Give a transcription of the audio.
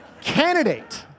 candidate